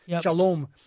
Shalom